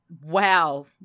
wow